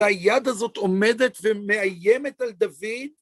‫היד הזאת עומדת ומאיימת על דוד.